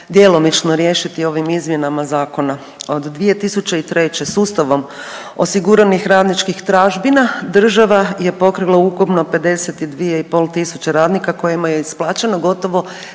djelomično riješiti ovim izmjenama zakona. Od 2003. godine s ustavnom osiguranih radničkih tražbina država je pokrila ukupno 52.500 radnika kojima je isplaćeno gotovo